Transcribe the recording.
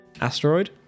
Asteroid